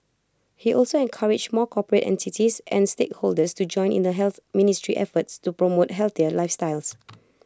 he also encouraged more corporate entities and stakeholders to join in the health ministry's efforts to promote healthier lifestyles